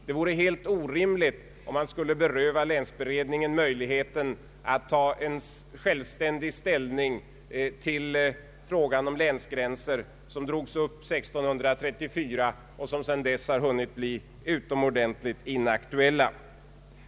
Det vore helt orimligt om man skulle beröva länsberedningen möjligheten att självständigt ta ställning till frågan om de länsgränser som drogs upp 1634 och sedan dess hunnit bli utomordentligt inaktuella.